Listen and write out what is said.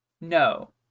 no